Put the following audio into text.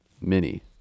mini